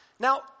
Now